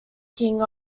king